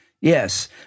yes